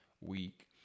week